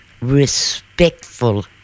respectful